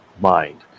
mind